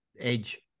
edge